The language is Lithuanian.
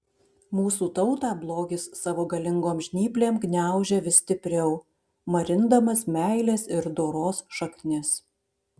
mūsų tautą blogis savo galingom žnyplėm gniaužia vis stipriau marindamas meilės ir doros šaknis